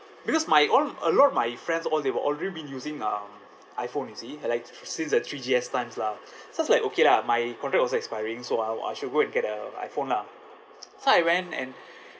because my all a lot of my friends all they were already been using um iphone you see like since the three G_S times lah so I was like okay lah my contract was expiring so I I should go and get a iphone lah so I went and